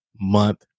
month